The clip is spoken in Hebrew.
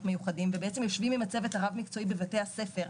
מיוחדים ובעצם יושבים עם הצוות הרב מקצועי בבית הספר,